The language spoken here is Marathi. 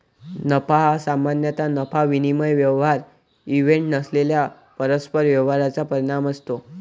नफा हा सामान्यतः नफा विनिमय व्यवहार इव्हेंट नसलेल्या परस्पर व्यवहारांचा परिणाम असतो